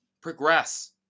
progress